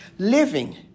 Living